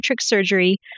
surgery